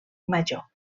major